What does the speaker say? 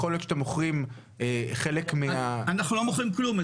יכול להיות שאתם מוכרים חלק -- אנחנו לא מוכרים כלום.